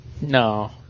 No